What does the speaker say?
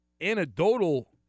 anecdotal